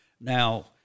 Now